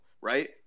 right